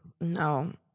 No